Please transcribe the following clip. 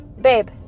Babe